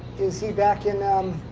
is he back in